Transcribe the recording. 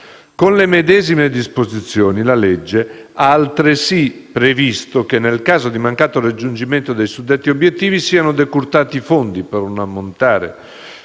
Con le medesime disposizioni, la legge ha altresì previsto che, in caso di mancato raggiungimento dei suddetti obiettivi, siano decurtati i fondi per un ammontare